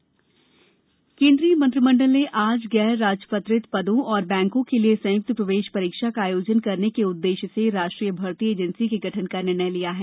मंत्रिमंडल बैठक केन्द्रीय मंत्रिमंडल ने आज गैर राजपत्रित पदों और बैंकों के लिए संयुक्त प्रवेश परीक्षा का आयोजन करने के उद्देश्य से राष्ट्रीय भर्ती एजेन्सी के गठन का निर्णय लिया है